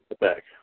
back